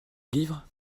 livre